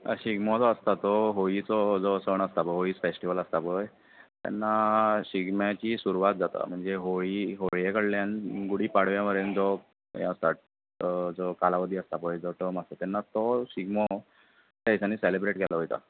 शिगमो जो आसता तो होळिचो जो सण आसता पय होळी फॅस्टिवल आसता पय तेन्ना शिगम्याची सुरवात जाता म्हणजे होळी होळये कडल्यान गुडी पाडव्या मेरेन तो हो आसता जो कालावदी आसता पय जो टर्म आसता तेन्ना तो शिगमो त्या दिसांनी सॅलिब्रेट केल्लो वयता